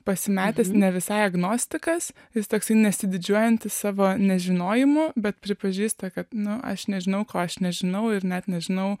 pasimetęs ne visai agnostikas jis toks nesididžiuojantis savo nežinojimu bet pripažįsta kad nu aš nežinau ko aš nežinau ir net nežinau